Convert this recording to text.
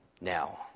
now